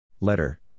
Letter